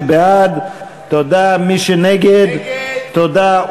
תשתית לבנייה חדשה,